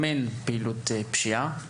ולפעילות פשיעה.